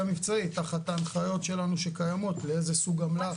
המבצעית תחת ההנחיות הקיימות ואיזה סוג אמל"ח